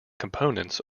components